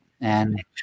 And-